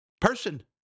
person